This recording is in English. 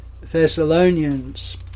Thessalonians